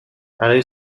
برای